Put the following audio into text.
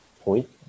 point